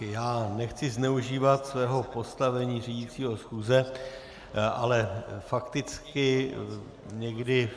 Já nechci zneužívat svého postavení řídícího schůze, ale fakticky někdy